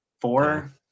Four